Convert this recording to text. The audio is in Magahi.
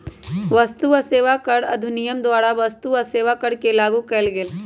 वस्तु आ सेवा कर अधिनियम द्वारा वस्तु आ सेवा कर के लागू कएल गेल